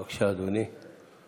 בבקשה, אדוני.